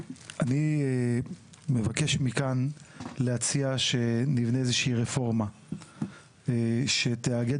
אני מבקש מכאן להציע שנבנה איזושהי רפורמה שתאגד